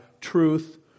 truth